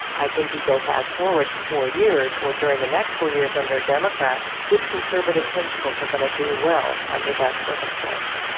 i think you go fast forward four years, or during the next four years under a democrat, which conservative principles are going to do well under that circumstance?